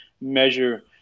measure